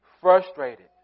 frustrated